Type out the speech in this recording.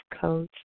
coach